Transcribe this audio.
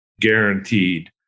guaranteed